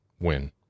win